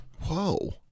Whoa